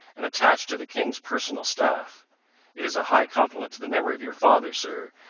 and attached to the king's personal staff it is a high compliment to the memory of your father, sir,